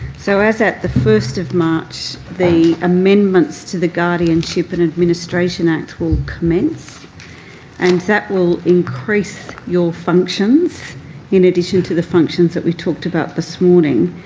so as at the first of march, the amendments to the guardianship and administration act will commence and that will increase your functions in addition to the functions that we talked about this morning.